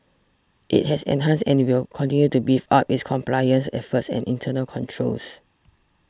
it has enhanced and will continue to beef up its compliance efforts and internal controls